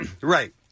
Right